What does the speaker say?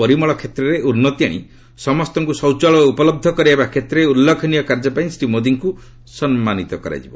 ପରିମଳ କ୍ଷେତ୍ରରେ ଉନ୍ନତି ଆଣି ସମସ୍ତଙ୍କୁ ଶୌଚାଳୟ ଉପଳବ୍ଧ କରାଇବା କ୍ଷେତ୍ରରେ ଉଲ୍ଲ୍ରେଖନୀୟ କାର୍ଯ୍ୟ ପାଇଁ ଶ୍ରୀ ମୋଦୀଙ୍କୁ ସମ୍ମାନିତ କରାଯିବ